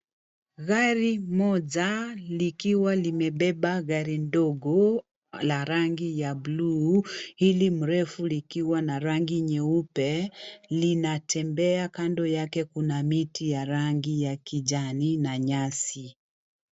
Gari moja likiwa limebeba gari ndogo la rangi ya buluu ili mrefu likiwa na rangi nyeupe linatembea kando yake . Kuna miti ya rangi ya kijani na nyasi.